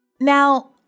Now